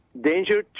Danger